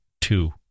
Two